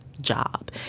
job